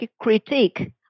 critique